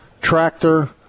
tractor